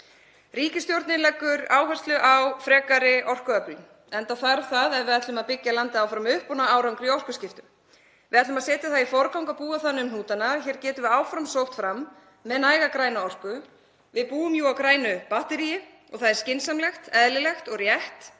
Ríkisstjórnin leggur áherslu á frekari orkuöflun, enda þarf það ef við ætlum að byggja landið áfram upp og ná árangri í orkuskiptum. Við ætlum að setja það í forgang að búa þannig um hnútana að hér getum við áfram sótt fram með næga græna orku. Við búum jú á grænu batteríi og það er skynsamlegt, eðlilegt og rétt